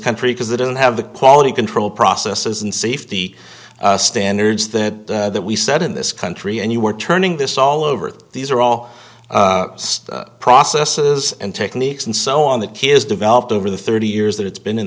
country because they don't have the quality control processes and safety standards that we set in this country and you were turning this all over these are all processes and techniques and so on that kid has developed over the thirty years that it's been in